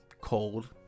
cold